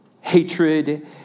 hatred